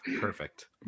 perfect